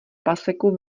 paseku